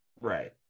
Right